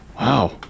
wow